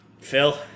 Phil